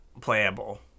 playable